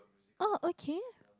oh okay